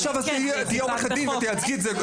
מעכשיו אז תהי עורכת דין ותייצגי את זה,